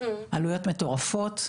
עלויות מטורפות.